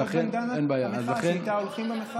זאת בנדנת המחאה שאיתה הולכים במחאה.